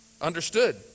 understood